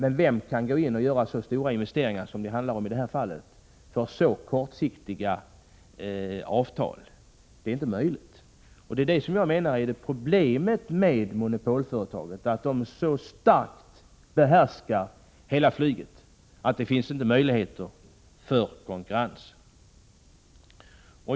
Men vem kan gå in och göra så stora investeringar som det i det här fallet handlar om för kortsiktiga avtal? Någonting sådant är inte möjligt. Det är där som jag menar att problemet med monopolföretaget i fråga ligger. SAS behärskar hela flygverksamheten i så hög grad att det inte finns några möjligheter till konkurrens.